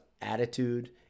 attitude